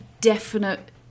definite